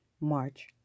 March